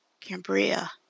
Cambria